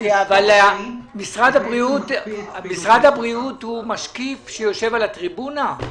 משרד הבריאות הוא משקיף שיושב על הטריבונה?